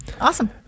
awesome